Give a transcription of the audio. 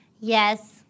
Yes